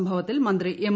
സംഭവത്തിൽ മന്ത്രി എം